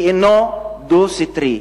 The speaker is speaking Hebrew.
ואינה דו-סטרית.